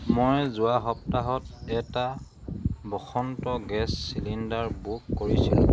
মই যোৱা সপ্তাহত এটা বসন্ত গেছ চিলিণ্ডাৰ বুক কৰিছিলোঁ